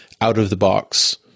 out-of-the-box